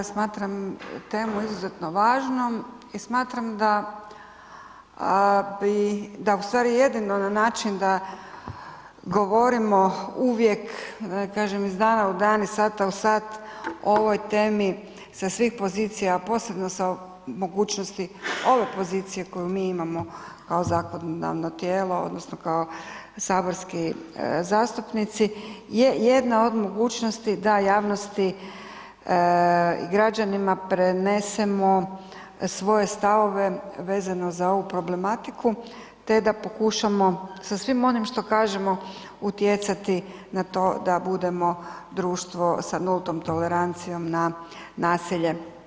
Smatram temu izuzetno važnom i smatram da bi, da ustvari jedino na način da govorimo uvijek, da kažem iz dana u dan, iz sata u sat, o ovoj temi sa svih pozicija, a posebno sa mogućnosti ove pozicije koju mi imamo kao zakonodavno tijelo, odnosno kao saborski zastupnici je jedna od mogućnosti da javnosti i građanima prenesemo svoje stavove vezano za ovu problematiku te da pokušamo sa svim onim što kažemo utjecati na to da budemo društvo sa nultom tolerancijom na nasilje.